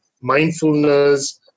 mindfulness